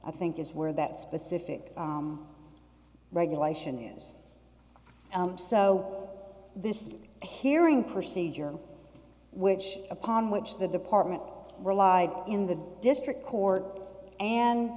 i think is where that specific regulation is so this hearing procedure which upon which the department relied in the district court and